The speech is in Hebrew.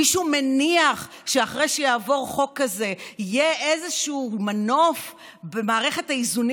מישהו מניח שאחרי שיעבור חוק כזה יהיה איזשהו מנוף במערכת האיזונים